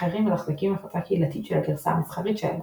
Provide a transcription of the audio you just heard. אחרים מתחזקים הפצה קהילתית של הגרסה המסחרית שלהם,